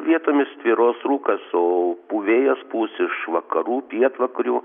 vietomis tvyros rūkas o vėjas pūs iš vakarų pietvakarių